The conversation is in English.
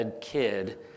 kid